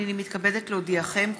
הינני מתכבדת להודיעכם,